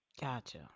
Gotcha